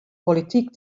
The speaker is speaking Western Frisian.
polityk